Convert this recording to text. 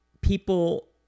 people